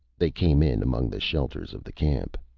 they came in among the shelters of the camp.